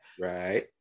Right